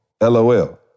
LOL